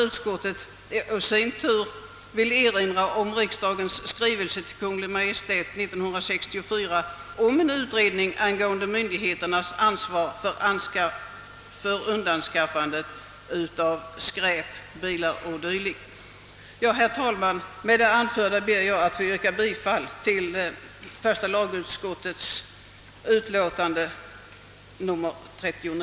Utskottet erinrar också om riksdagens skrivelse till Kungl. Maj:t år 1964 om utredning angående myndighets ansvar för undanskaffande av skräp. Med det anförda ber jag att få yrka bifall till utskottets hemställan.